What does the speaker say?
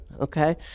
okay